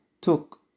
took